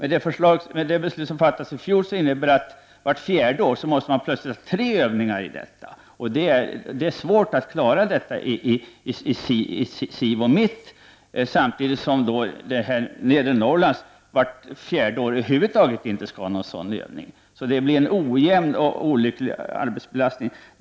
Det beslut som fattades i fjol innebär att man vart fjärde år måste har tre sådana övningar, och det är svårt att klara detta i Civo Mitt samtidigt som Nedre Norrland vart fjärde år över huvud taget inte skulle ha någon sådan övning. Det blir alltså en ojämn och olycklig arbetsbelastning.